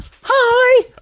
Hi